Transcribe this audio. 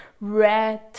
red